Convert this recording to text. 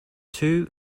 two